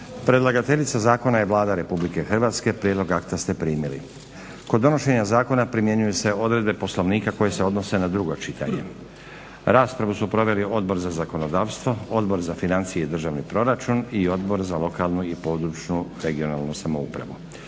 Predlagateljica zakon je Vlada RH. Prijedlog akta ste primili. Kod donošenja zakona primjenjuje se odredbe Poslovnika koje se odnose na drugo čitanje. Raspravu su proveli Odbor za zakonodavstvo, Odbor za financije i državni proračun i Odbor za lokalnu i područnu regionalnu samoupravu.